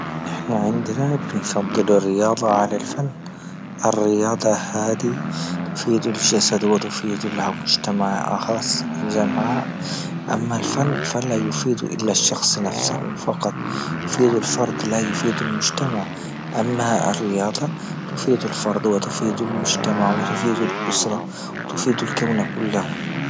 نحنا عندنا بنفضل الرياضة على الفن، الرياضة هذه تفيد الجسد وتفيد المجتمع اخص جمعاء، أما الفن فلا يفيد الا الشخص نفسه فقط يفيد الفرد لا يفيد المجتمع، أما الرياضة تفيد الفرد وتفيد المجتمع وتفي. الأسرة وتفيد الكون كلهم.